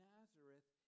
Nazareth